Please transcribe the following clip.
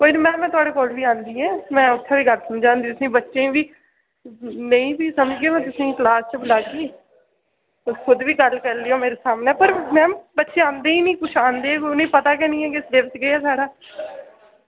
कोई नी मैम में थोहाड़े कोल बी आंदी ऐ में उत्थें बी गल्ल समझांदी तुसें बच्चे बी नेईं बी समझे में तुसें क्लास च बी बुलागी तुस खुद बी गल्ल करी लैएयो मेरे सामने पर मैम बच्चे आंदे ही नेईं कुछ आंदे उ'नें पता गै नी ऐ कि सलेबस केह् ऐ साढ़ा